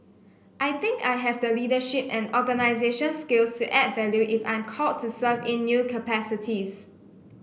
I think I have the leadership and organisational skills to add value if I'm called to serve in new capacities